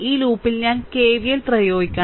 ഈ ലൂപ്പിൽ ഞാൻ KVL പ്രയോഗിക്കണം